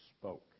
spoke